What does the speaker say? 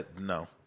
No